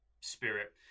spirit